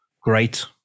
great